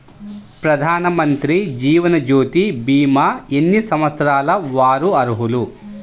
ప్రధానమంత్రి జీవనజ్యోతి భీమా ఎన్ని సంవత్సరాల వారు అర్హులు?